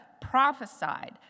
prophesied